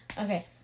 Okay